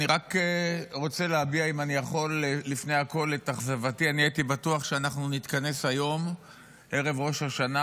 אני רק מזכיר פעם נוספת שחבר הכנסת היחיד שהורשע בטרור יושב לצידך